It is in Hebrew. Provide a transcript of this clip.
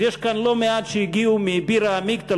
אז יש כאן לא מעט שהגיעו מבירא עמיקתא,